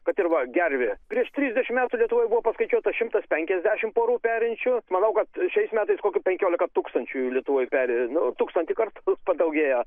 kad ir va gervė prieš trisdešimt metų lietuvoj buvo paskaičiuota šimtas penkiasdešimt porų perinčių manau kad šiais metais kokia penkiolika tūkstančių lietuvoje peri nu tūkstantį kartų padaugėjo